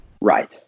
right